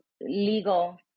legal